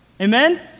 Amen